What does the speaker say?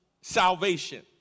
salvation